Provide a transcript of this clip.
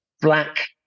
black